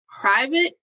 private